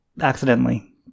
accidentally